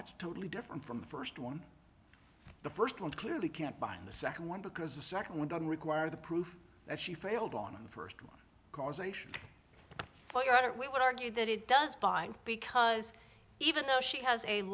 that's totally different from the first one the first one clearly can't bind the second one because the second one don't require the proof that she failed on the first one causation while you're at it would argue that it does by because even though she has a